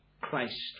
Christ